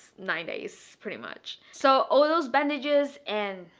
nine days pretty much. so all those bandages and,